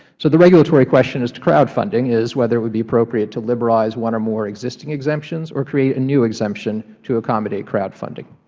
so the regulatory question as to crowdfunding is whether it would be appropriate to liberalize one or more existing exemptions or create a new exemption to accommodate crowdfunding.